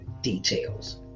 details